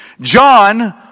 John